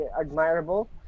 admirable